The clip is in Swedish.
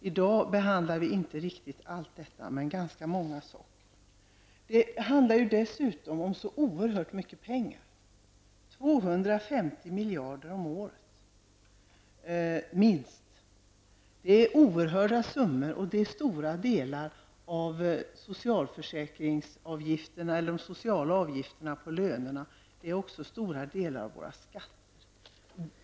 I dag behandlar vi inte riktigt allt detta, men ganska många saker. Det handlar dessutom om så oerhört mycket pengar, 250 miljarder om året minst. Det är oerhörda summor och det är stora delar av de sociala avgifterna på lönerna. Det är också stora delar av våra skatter.